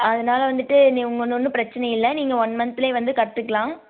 அதனால வந்துட்டு நீங்கள் உங்களது ஒன்றும் பிரச்சின இல்லை நீங்கள் ஒன் மந்த்திலே வந்து கற்றுக்கலாம்